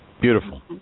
Beautiful